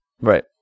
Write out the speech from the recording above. Right